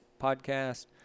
podcast